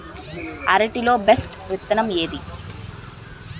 అరటి లో బెస్టు విత్తనం ఏది?